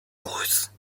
rousse